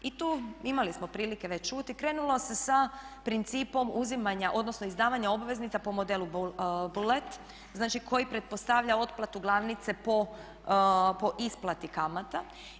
I tu, imali smo prilike već čuti, krenulo se sa principom uzimanja odnosno izdavanja obveznica po modelu … [[Govornica se ne razumije.]] koji pretpostavlja otplatu glavnice po isplati kamata.